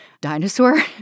dinosaur